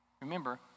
Remember